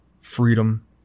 freedom